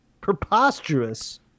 preposterous